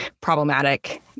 problematic